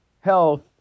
health